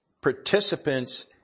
participants